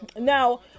Now